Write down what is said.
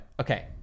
Okay